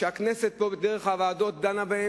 שהכנסת דרך הוועדות דנה בו,